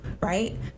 right